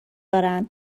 دارن